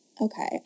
okay